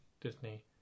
Disney